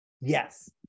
Yes